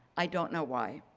i don't know why.